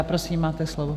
Prosím, máte slovo.